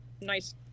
nice